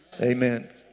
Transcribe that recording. Amen